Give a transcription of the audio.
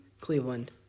Cleveland